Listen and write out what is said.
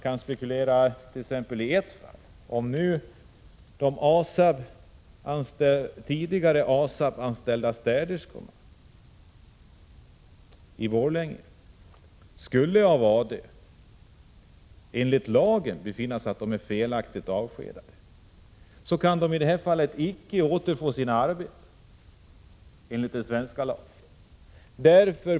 Jag skall ta upp ett fall som exempel. Om de tidigare ASA B-anställda städerskorna i Borlänge av arbetsdomstolen enligt lagen skulle befinnas felaktigt avskedade kan de icke återfå sina arbeten enligt den svenska lagen.